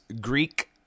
Greek